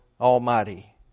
Almighty